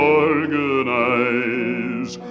organize